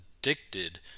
addicted